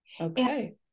Okay